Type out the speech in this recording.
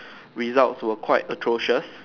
result were quite atrocious